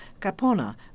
Capona